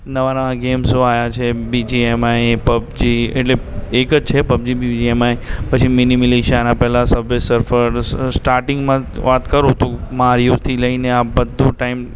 નવા નવા ગેમ્સો આવ્યા છે B G M I PUBG એટલે એક જ છે PUBG B G M I પછી મીની મિલેશિયા પછી એના પહેલાં સબ વે સફર સ્ટાર્ટિંગમાં વાત કરું તો મારિયોથી લઈને આ બધું ટાઇમ